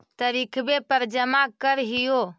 तरिखवे पर जमा करहिओ?